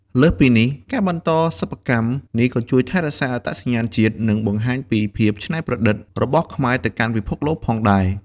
លើសពីនេះ ការបន្តសិប្បកម្មនេះក៏ជួយថែរក្សាអត្តសញ្ញាណជាតិ និងបង្ហាញពីភាពច្នៃប្រឌិតរបស់ខ្មែរទៅកាន់ពិភពលោកផងដែរ។